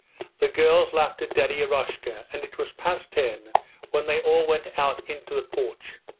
the girls laughed at daddy eroshka, and it was past ten when they all went out into the porch.